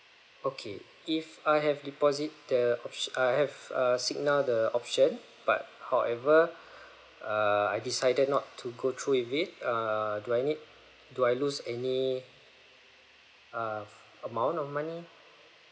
okay if I have deposit the opti~ uh I have uh signal the option but however err I decided not to go through with it err do I need do I lose any uh amount of money